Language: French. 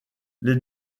les